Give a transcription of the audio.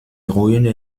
ruine